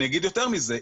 אני אומר יותר מזה.